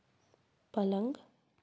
पलंग